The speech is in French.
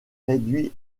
réduit